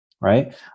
right